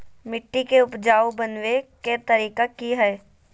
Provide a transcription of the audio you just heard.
मिट्टी के उपजाऊ बनबे के तरिका की हेय?